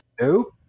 No